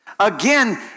Again